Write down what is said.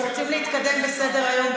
אנחנו רוצים להתקדם בסדר-היום,